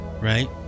right